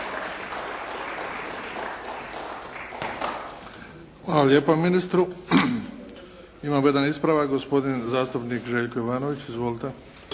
Hvala lijepa ministru. Imamo jedan ispravak, zastupnik Željko Jovanović. Izvolite.